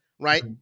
right